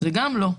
זה גם לא,